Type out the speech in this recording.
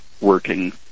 working